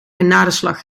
genadeslag